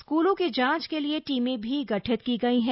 स्कूलों की जांच के लिए टीमें भी गठित की गई है